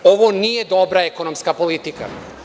Ovo nije dobra ekonomska politika.